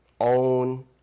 own